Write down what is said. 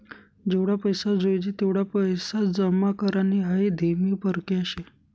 जेवढा पैसा जोयजे तेवढा पैसा जमा करानी हाई धीमी परकिया शे